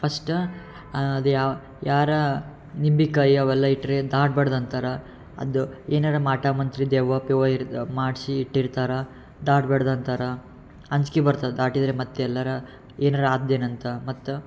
first ಅದು ಯಾವ ಯಾರೋ ನಿಂಬೆಕಾಯಿ ಅವೆಲ್ಲ ಇಟ್ಟರೆ ದಾಟ್ಬಾರ್ದ್ ಅಂತಾರೆ ಅದು ಏನಾರೂ ಮಾಟ ಮಂತ್ರ ದೆವ್ವ ಪಿವ್ವ ಇದ್ ಮಾಡಿಸಿ ಇಟ್ಟಿರ್ತಾರೆ ದಾಟ್ಬಾಡ್ದ್ ಅಂತಾರೆ ಅಂಜ್ಕೆ ಬರ್ತದೆ ದಾಟಿದರೆ ಮತ್ತು ಎಲ್ಲಾರೂ ಏನಾರೂ ಆದ್ದೇನಂತ ಮತ್ತು